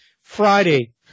friday